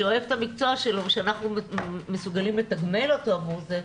שאוהב את המקצוע שלו ושאנחנו מסוגלים לתגמל אותו עבור זה,